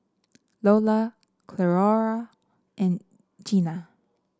Loula Cleora and Jeana